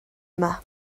yma